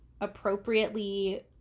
appropriately